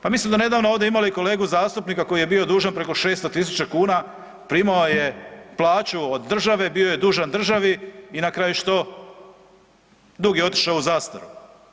Pa mi smo donedavno ovdje imali kolegu zastupnika koji je bio dužan preko 600 000 kuna, primao je plaću od države, bio je dužan državi i na kraju što, dug je otišao u zastaru.